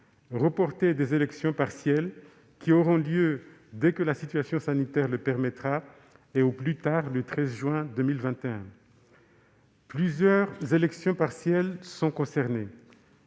reporter des élections partielles qui auront lieu dès que la situation sanitaire le permettra, et au plus tard le 13 juin 2021. Plusieurs élections partielles sont concernées.